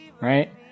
Right